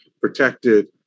protected